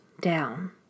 down